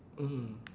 mmhmm